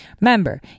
Remember